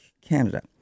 Canada